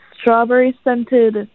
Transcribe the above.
strawberry-scented